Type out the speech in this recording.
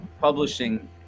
publishing